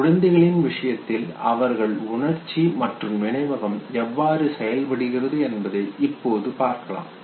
குழந்தைகளின் விஷயத்தில் அவர்கள் உணர்ச்சி மற்றும் நினைவகம் எவ்வாறு செயல்படுகிறது என்பதை இப்போது பார்க்கலாம்